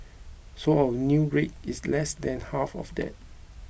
so our new rate is less than half of that